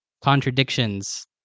contradictions